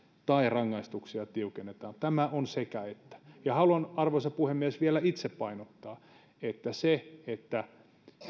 tai rangaistuksia tiukennetaan tämä on sekä että haluan arvoisa puhemies vielä itse painottaa että kun se että